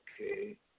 Okay